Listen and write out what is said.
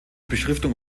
beschriftung